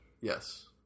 Yes